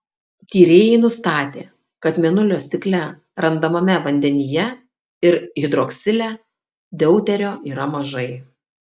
tyrėjai nustatė kad mėnulio stikle randamame vandenyje ir hidroksile deuterio yra mažai